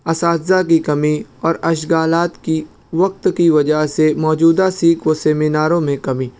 اساتذہ کی کمی اور اشغالات کی وقت کی وجہ سے موجودہ سیکھ و سیمیناروں میں کمی